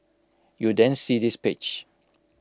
you then see this page